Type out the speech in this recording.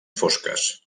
fosques